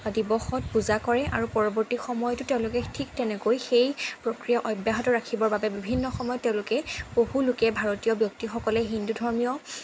দিৱসত পূজা কৰে আৰু পৰৱৰ্তী সময়তো তেওঁলোকে ঠিক তেনেকৈ সেই প্ৰক্ৰিয়া অব্যাহত ৰাখিবৰ বাবে বিভিন্ন সময়ত তেওঁলোকে বহুলোকে ভাৰতীয় ব্যক্তিসকলে হিন্দু ধৰ্মীয়